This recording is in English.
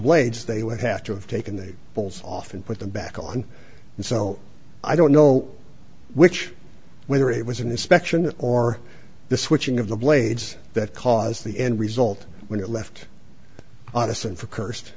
blades they would have to have taken the balls off and put them back on and so i don't know which whether it was an inspection or the switching of the blades that caused the end result when you left office and for cursed